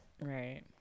Right